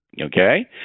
okay